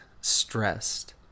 stressed